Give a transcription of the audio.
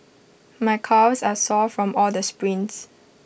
my calves are sore from all the sprints